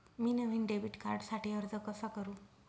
मी नवीन डेबिट कार्डसाठी अर्ज कसा करु?